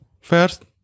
First